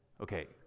okay